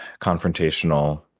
confrontational